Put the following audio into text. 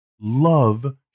love